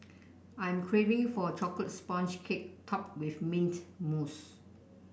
I am craving for a chocolate sponge cake topped with mint mousse